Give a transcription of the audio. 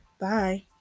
Bye